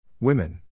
Women